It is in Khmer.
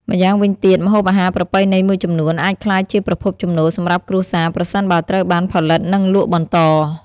ម្យ៉ាងវិញទៀត ម្ហូបអាហារប្រពៃណីមួយចំនួនអាចក្លាយជាប្រភពចំណូលសម្រាប់គ្រួសារ ប្រសិនបើត្រូវបានផលិត និងលក់បន្ត។